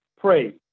praise